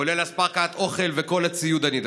כולל הספקת אוכל וכל הציוד הנדרש.